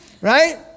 right